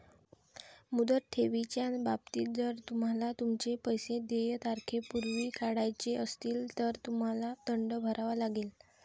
मुदत ठेवीच्या बाबतीत, जर तुम्हाला तुमचे पैसे देय तारखेपूर्वी काढायचे असतील, तर तुम्हाला दंड भरावा लागेल